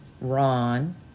Ron